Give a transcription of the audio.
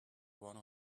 one